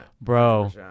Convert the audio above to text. Bro